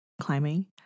climbing